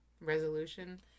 Resolution